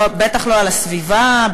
בטח לא על הסביבה,